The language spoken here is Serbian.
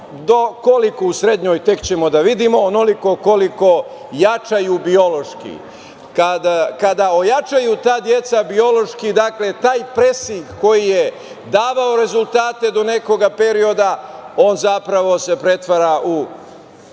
koliko u srednjoj tek ćemo da vidimo, onoliko koliko jačaju biološki. Kada ojačaju ta deca biološki, taj presing koji je davao rezultate do nekoga perioda, on se zapravo pretvara u